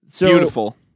Beautiful